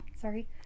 sorry